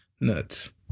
nuts